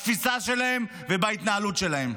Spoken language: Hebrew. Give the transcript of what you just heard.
בתפיסה שלהם ובהתנהלות שלהם.